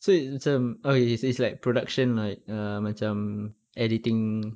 so it's macam oh it's it's like production like err macam editing